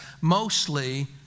mostly